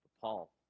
Paul